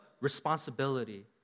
responsibility